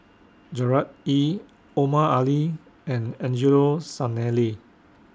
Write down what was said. Gerard Ee Omar Ali and Angelo Sanelli